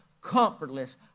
comfortless